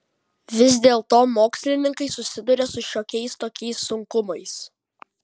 vis dėlto mokslininkai susiduria su šiokiais tokiais sunkumais